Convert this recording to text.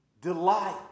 Delight